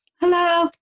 Hello